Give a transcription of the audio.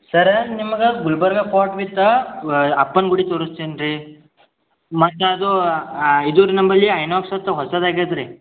sir ನಿಮಗ Gulbarga spot with ಅ ಅಪ್ಪನ ಗುಡಿ ತೋರಿಸ್ತೀನಿ ರೀ ಮತ್ತು ಅದು ಇದು ರೀ ನಮ್ಮಲ್ಲಿ ಅಯೋನಕ್ಸ್ ಅಂತ ಹೊಸದಾಗ್ಯತ ರೀ